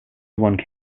one